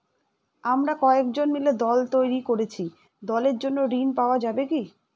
আমরা কয়েকজন মিলে দল তৈরি করেছি দলের জন্য ঋণ পাওয়া যাবে কি?